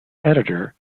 editor